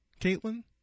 Caitlin